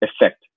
effect